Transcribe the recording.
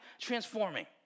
transforming